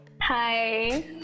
Hi